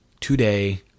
today